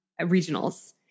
regionals